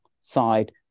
side